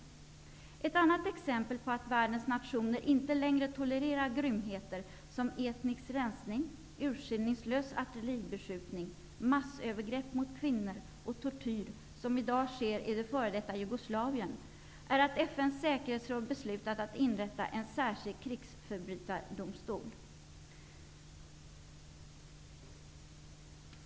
Ett annat exempel på att världens nationer inte längre tolererar grymheter som etnisk rensning, urskillningslös artilleribeskjutning, massövergrepp mot kvinnor och tortyr, som i dag sker i det f.d. Jugoslavien, är att FN:s säkerhetsråd beslutat att inrätta en särskild krigsförbrytardomstol.